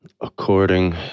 according